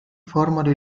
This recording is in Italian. formano